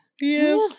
Yes